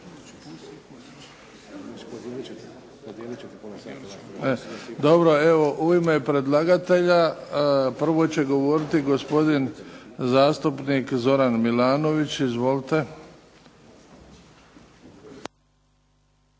Dobro, evo u ime predlagatelja prvo će govoriti gospodin zastupnik Zoran Milanović. Izvolite.